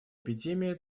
эпидемия